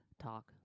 Talk